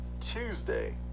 Tuesday